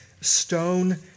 stone